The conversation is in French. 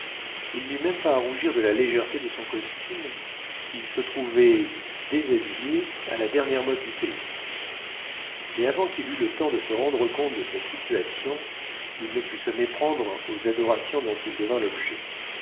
il n'eut même pas à rougir de la légèreté de son costume il se trouvait déshabillé à la dernière mode du pays mais avant qu'il eut le temps de se rendre compte de sa situation il ne put se méprendre aux adorations dont il devint l'objet